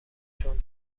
چون